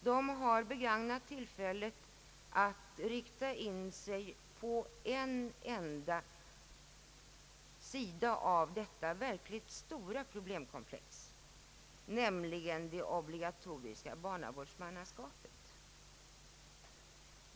De har begagnat tillfället till att rikta in sig på en enda sida av detta verkligt stora problemkomplex, nämligen det obligatoriska barnavårdsmannaskapet.